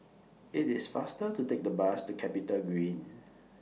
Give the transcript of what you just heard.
IT IS faster to Take The Bus to Capitagreen